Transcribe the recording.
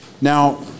Now